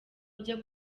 byo